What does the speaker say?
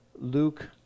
Luke